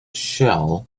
shell